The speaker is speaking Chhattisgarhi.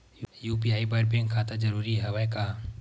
यू.पी.आई बर बैंक खाता जरूरी हवय का?